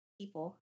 people